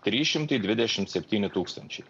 trys šimtai dvidešimt septyni tūkstančiai